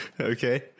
Okay